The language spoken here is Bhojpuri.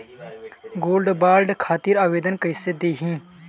गोल्डबॉन्ड खातिर आवेदन कैसे दिही?